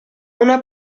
una